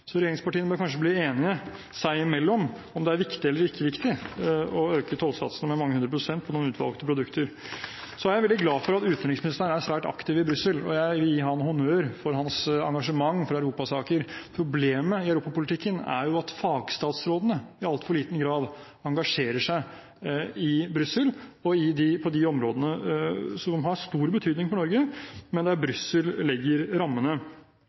Så regjeringspartiene bør kanskje bli enige seg imellom om det er viktig eller ikke viktig å øke tollsatsene med mange hundre prosent på noen utvalgte produkter. Så er jeg veldig glad for at utenriksministeren er svært aktiv i Brussel, og jeg vil gi ham honnør for hans engasjement for europasaker. Problemet i europapolitikken er at fagstatsrådene i altfor liten grad engasjerer seg i Brussel på de områdene som har stor betydning for Norge, men der Brussel legger rammene.